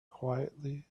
quietly